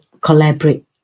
collaborate